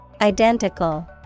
Identical